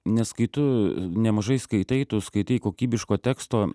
nes kai tu nemažai skaitai tu skaitai kokybiško teksto